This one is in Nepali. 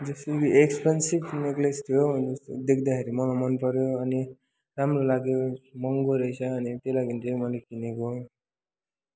बेसी एक्सपेन्सिभ नेकलेस थियो अनि देख्दाखेरि मलाई मनपर्यो अनि राम्रो लाग्यो महँगो रहेछ अनि त्यही लागि चाहिँ मैले किनेको